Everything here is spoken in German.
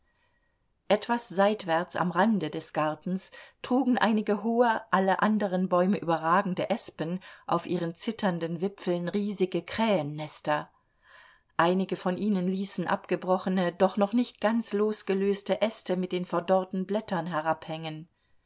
etwas seitwärts am rande des gartens trugen einige hohe alle anderen bäume überragende espen auf ihren zitternden wipfeln riesige krähennester einige von ihnen ließen abgebrochene doch noch nicht ganz losgelöste äste mit den verdorrten blättern herabhängen